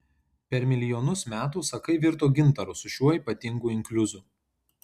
per milijonus metų sakai virto gintaru su šiuo ypatingu inkliuzu